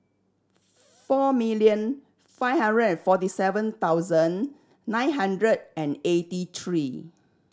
four million five hundred and forty seven thousand nine hundred and eighty three